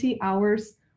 hours